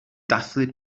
dathlu